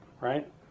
Right